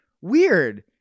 Weird